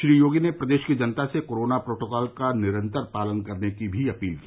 श्री योगी ने प्रदेश की जनता से कोरोना प्रोटोकॉल का निरन्तर पालन करने की भी अपील की